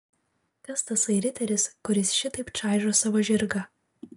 kas tasai riteris kuris šitaip čaižo savo žirgą